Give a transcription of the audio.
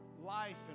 life